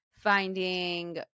Finding